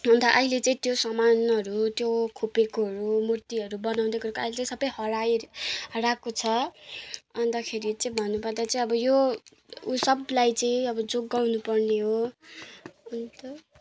अन्त अहिले चाहिँ त्यो सामानहरू त्यो खोपेकोहरू मूर्तिहरू बनाउँदै गरेको अहिले चाहिँ सबै हराएर हराएको छ अन्तखेरि चाहिँ भन्नुपर्दा चाहिँ अबो यो सबलाई चाहिँ अब जोगाउनु पर्ने हो अन्त